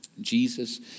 Jesus